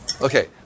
Okay